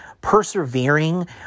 persevering